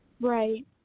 Right